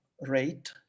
rate